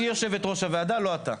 היא יושבת ראש הוועדה, לא אתה.